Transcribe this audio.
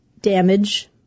damage